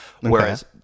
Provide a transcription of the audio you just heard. Whereas